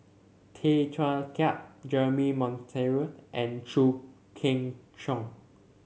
Tay Teow Kiat Jeremy Monteiro and Chew Kheng Chuan